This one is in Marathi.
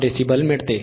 5dB मिळते